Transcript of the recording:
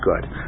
good